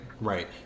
right